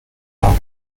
more